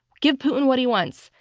give putin what he wants,